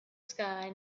sky